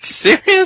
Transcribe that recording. serious